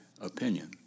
opinion